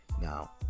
now